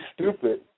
stupid